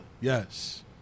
Yes